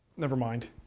never mind.